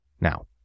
Now